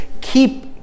keep